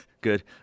Good